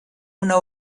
una